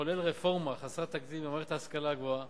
נחולל רפורמה חסרת תקדים במערכת ההשכלה הגבוהה